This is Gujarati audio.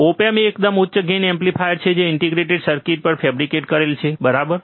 ઓપ એમ્પ એ એકદમ ઉચ્ચ ગેઇન એમ્પ્લીફાયર છે જે ઇંટીગ્રટેડ સર્કિટ પર ફેબ્રિકેટ કરેલ છે બરાબર